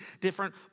different